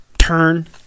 Turn